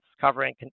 covering